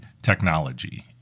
Technology